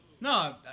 No